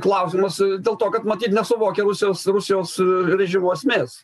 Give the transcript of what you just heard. klausimas dėl to kad matyt nesuvokia rusijos rusijos režimo esmės